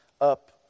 up